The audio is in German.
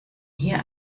hier